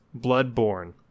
bloodborne